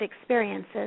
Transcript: experiences